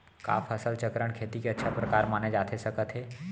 का फसल चक्रण, खेती के अच्छा प्रकार माने जाथे सकत हे?